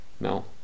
no